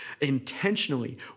intentionally